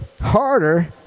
harder